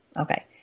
Okay